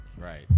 Right